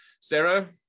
sarah